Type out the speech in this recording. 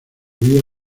vía